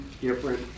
different